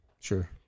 Sure